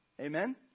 Amen